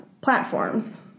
platforms